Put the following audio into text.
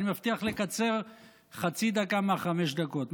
אני מבטיח לקצר חצי דקה מהחמש דקות.